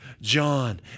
John